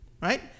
right